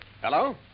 Hello